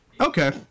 Okay